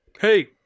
hey